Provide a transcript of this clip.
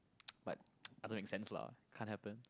but doesn't make sense lah can't happen